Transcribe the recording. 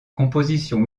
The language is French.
compositions